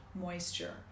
moisture